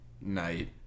Night